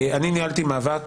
אני ניהלתי מאבק